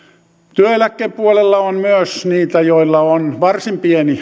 työeläkkeen puolella on myös niitä joilla on varsin pieni